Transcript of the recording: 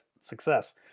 success